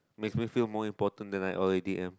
makes me feel more important than I already am